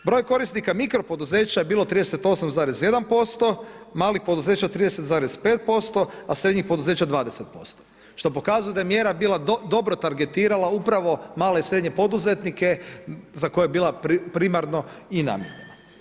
Broj korisnika mikro poduzeća je bilo 38,1% malih poduzeća 30,5% a srednjih područja 20%, što pokazuje da je mjera bila dobro tangirala upravo male i srednje poduzetnike, za koje je bila primarno i namjena.